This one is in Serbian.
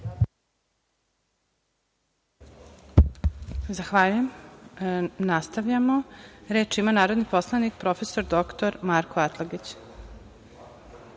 Zahvaljujem. Nastavljamo. Reč ima narodni poslanik prof. dr Marko Atlagić.